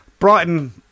Brighton